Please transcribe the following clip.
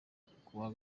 kuwa